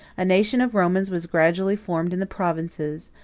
a nation of romans was gradually formed in the provinces,